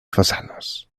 façanes